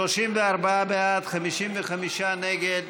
34 בעד, 55 נגד,